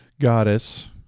goddess